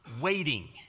waiting